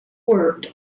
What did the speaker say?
worked